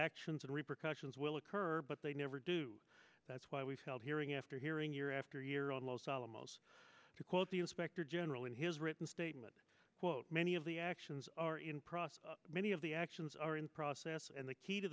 actions and repercussions will occur but they never do that's why we've held hearing after hearing year after year on los alamos to quote the inspector general in his written statement many of the actions many of the actions are in process and the key to